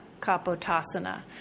kapotasana